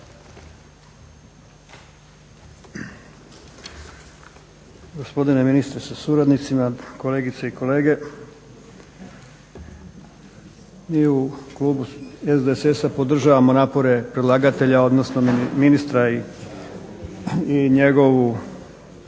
Gospodine ministre sa suradnicima, kolegice i kolege. Mi u Klubu SDSS-a podržavamo napore predlagatelja, odnosno ministra i njegovu